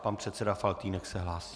Pan předseda Faltýnek se hlásí.